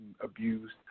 abused